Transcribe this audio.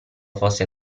fosse